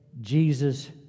Jesus